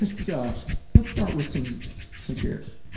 let's so let's start with some some fears.